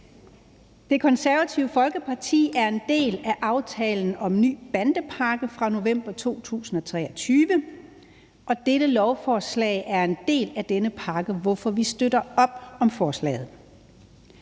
Det Konservative Folkeparti er en del af aftalen om en ny bandepakke fra november 2023, og dette lovforslag er en del af denne pakke, hvorfor vi støtter op om forslaget.